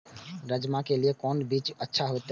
राजमा के लिए कोन बीज अच्छा होते?